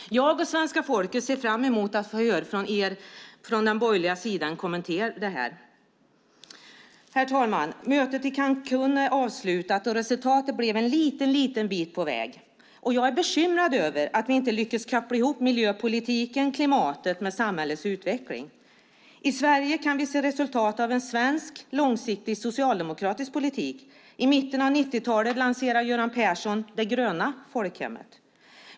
Jag och svenska folket ser fram emot att få höra er på den borgerliga sidan kommentera detta. Herr talman! Mötet i Cancún är avslutat. Resultatet blev en liten, liten bit på väg. Jag är bekymrad över att vi inte lyckades koppla ihop miljöpolitiken och klimatet med samhällets utveckling. I Sverige kan vi se resultat av en svensk långsiktig socialdemokratisk politik. I mitten av 90-talet lanserade Göran Persson det gröna folkhemmet.